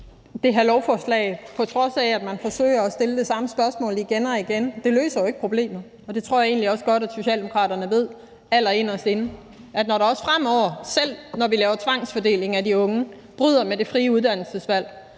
Trane Nørby (V): På trods af at man forsøger at stille det samme spørgsmål igen og igen, løser det her lovforslag jo ikke problemet. Og jeg tror egentlig også godt, at Socialdemokraterne allerinderst inde ved, at selv når vi laver tvangsfordeling af de unge og bryder med det frie uddannelsesvalg,